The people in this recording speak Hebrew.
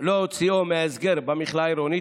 לא הוציאו מההסגר במכלאה העירונית,